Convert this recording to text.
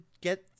get